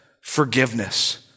forgiveness